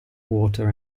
water